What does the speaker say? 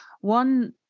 one